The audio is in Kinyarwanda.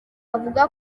avuga